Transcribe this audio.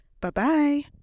Bye-bye